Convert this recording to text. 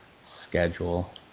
schedule